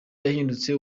yahindutse